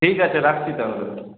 ঠিক আছে রাখছি তাহলে